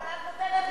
אבל את נותנת מנדט.